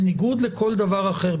בניגוד לכל דבר אחר,